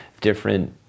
different